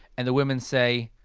and the women say,